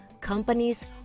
companies